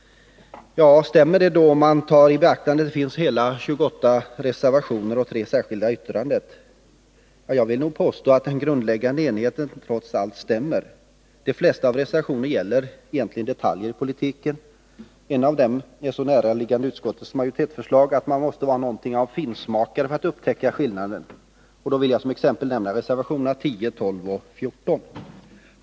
Ja, stämmer det om man tar i beaktande att det finns hela 28 reservationer och 3 särskilda yttranden? Jag vill nog påstå att talet om den grundläggande enigheten trots allt stämmer. De flesta reservationerna gäller egentligen detaljer i politiken. En del av dem är så näraliggande utskottsmajoritetens förslag att man måste vara någonting av finsmakare för att upptäcka skillnader; som exempel vill jag nämna reservationerna 10, 12 och 14.